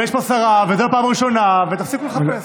יש פה שרה, וזו הפעם הראשונה, ותפסיקו לחפש.